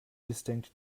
distinct